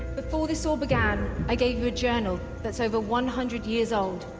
before this all began i gave you a journal that's over one hundred years old